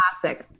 classic